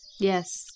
Yes